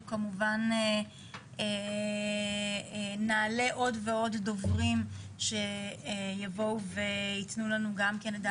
כמובן נעלה עוד ועוד דוברים שיבואו ויתנו לנו גם כן את דעתם.